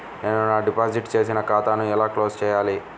నేను నా డిపాజిట్ చేసిన ఖాతాను ఎలా క్లోజ్ చేయాలి?